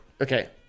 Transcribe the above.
Okay